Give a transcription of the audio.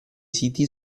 siti